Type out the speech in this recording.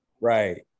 Right